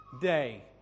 day